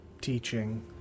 teaching